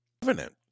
Covenant